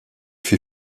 fut